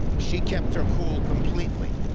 she kept her cool completely,